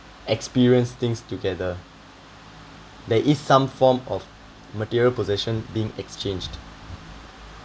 experience things together there is some form of material possession being exchanged